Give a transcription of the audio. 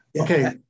Okay